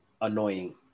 annoying